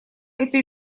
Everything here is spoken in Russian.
это